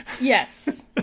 Yes